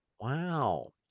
wow